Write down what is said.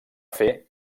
fer